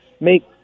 make